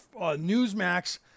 Newsmax